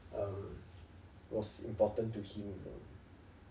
um was important to him in a way